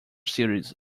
series